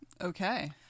Okay